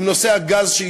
עם נושא הגז,